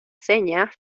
señas